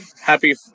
happy